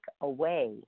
away